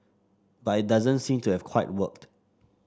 but it doesn't seem to have quite worked